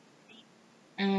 mm